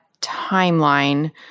timeline